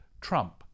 trump